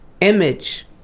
image